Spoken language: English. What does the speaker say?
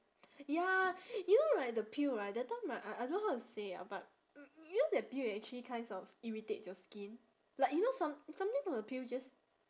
ya you know right the peel right that time right I I don't know how to say ah but you know the peel will actually kinds of irritates your skin like you know some~ something from the peel just